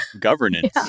Governance